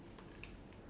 I open the door